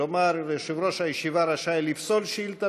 כלומר יושב-ראש הישיבה רשאי לפסול שאילתה